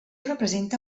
representa